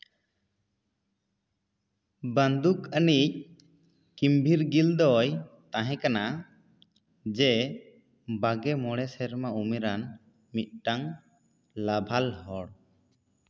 ᱵᱟᱹᱱᱫᱩᱠ ᱟᱹᱱᱤᱡ ᱠᱤᱢᱵᱷᱤᱨᱜᱤᱞ ᱫᱚᱭ ᱛᱟᱦᱮᱸ ᱠᱟᱱᱟ ᱡᱮ ᱵᱟᱨᱜᱮ ᱢᱚᱬᱮ ᱥᱮᱨᱢᱟ ᱩᱢᱮᱨᱟᱱ ᱢᱤᱫᱴᱟᱱ ᱞᱟᱵᱷᱟᱞ ᱦᱚᱲ